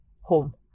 home